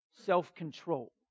self-control